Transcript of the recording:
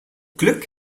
glück